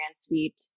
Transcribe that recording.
suite